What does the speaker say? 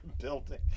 building